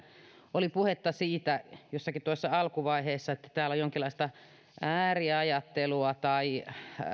oli puhetta jossakin tuossa alkuvaiheessa siitä että täällä on jonkinlaista ääriajattelua tai